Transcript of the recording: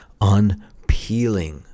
unpeeling